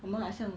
我们好像